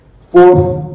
Fourth